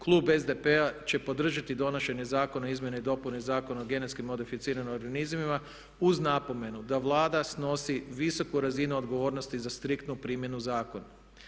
Klub SDP-a će podržati donošenje Zakona o izmjenama i dopunama Zakona o genetski modificiranim organizmima uz napomenu da Vlada snosi visoku razinu odgovornosti za striktnu primjenu zakona.